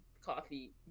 coffee